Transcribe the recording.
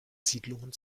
siedlungen